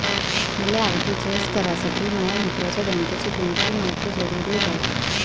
मले आर.टी.जी.एस करासाठी माया मित्राच्या बँकेची कोनची मायती जरुरी हाय?